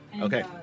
Okay